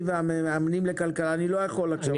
קודם כל, אני מברך על המהלך הזה.